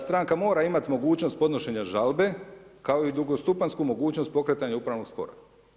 Stranka mora imat mogućnost podnošenja žalbe kao i drugostupanjsku mogućnost pokretanja upravnog spora.